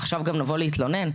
עכשיו גם נבוא להתלונן?